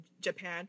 Japan